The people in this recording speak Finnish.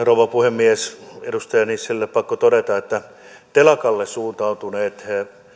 rouva puhemies edustaja ala nissilälle on pakko todeta että telakalle suuntautuneet